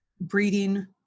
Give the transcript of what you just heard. breeding